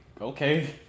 Okay